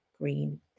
Green